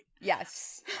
Yes